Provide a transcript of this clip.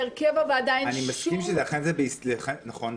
נכון,